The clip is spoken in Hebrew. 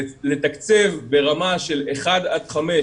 לתקצב ברמה של אחד עד חמש